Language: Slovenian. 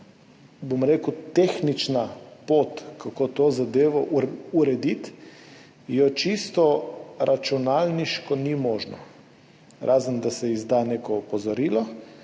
išče tehnična pot, kako to zadevo urediti, je čisto računalniško ni možno, razen da se izda neko opozorilo.